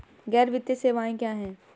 गैर वित्तीय सेवाएं क्या हैं?